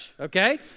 okay